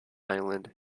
island